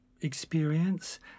experience